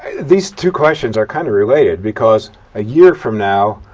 these two questions are kind of related because a year from now,